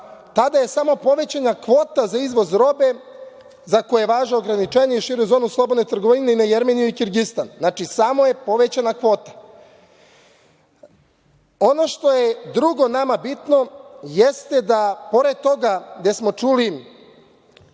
tada je samo povećanja kvota za izvoz robe za koju važe ograničenja i šire zonu slobodne trgovine na Jermeniju i Kirgistan. Znači, samo je povećanja kvota. Ono drugo što nam je bitno jeste da pored toga što smo čuli